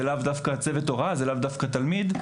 זה לאו דווקא צוות הוראה וזה לאו דווקא תלמיד.